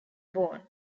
born